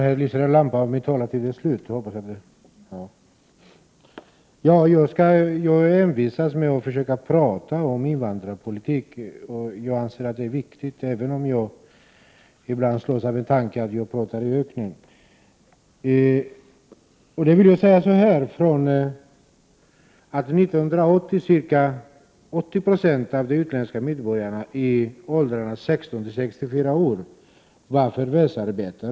Herr talman! Jag envisas med att försöka tala om invandrarpolitik. Jag anser att det är viktigt, även om jag ibland slås av tanken att jag talar i öknen. År 1980 var ca 80 90 av de utländska medborgarna här i Sverige i åldrarna 16—64 år förvärvsarbetande.